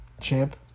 Champ